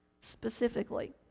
Specifically